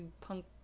punk